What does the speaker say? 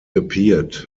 appeared